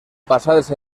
passades